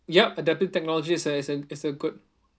yup adaptive technology is a is a is a good